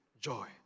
joy